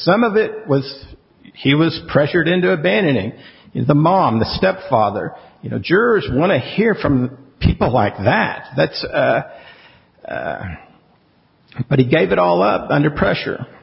some of it was he was pressured into abandoning the mom the stepfather you know jurors want to hear from people like that that's but he gave it all up under pressure